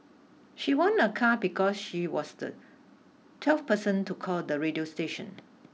she won a car because she was the twelfth person to call the radio station